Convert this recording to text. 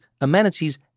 amenities